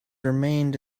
remained